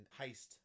heist